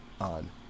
on